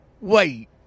Wait